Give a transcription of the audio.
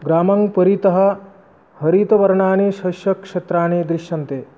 ग्रामं परितः हरितवर्णानि शस्यक्षेत्राणि दृश्यन्ते